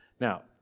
Now